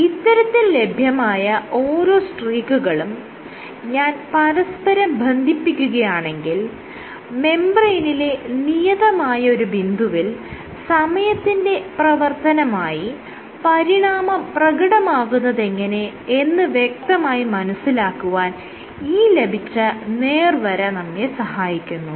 ഇത്തരത്തിൽ ലഭ്യമായ ഓരോ സ്ട്രീക്കുകകളും ഞാൻ പരസ്പരം ബന്ധിപ്പിക്കുകയാണെങ്കിൽ മെംബ്രേയ്നിലെ നിയതമായ ഒരു ബിന്ദുവിൽ സമയത്തിന്റെ പ്രവർത്തനമായി പരിണാമം പ്രകടമാകുന്നതെങ്ങനെ എന്ന് വ്യക്തമായി മനസ്സിലാക്കുവാൻ ഈ ലഭിച്ച നേർവര നമ്മെ സഹായിക്കുന്നു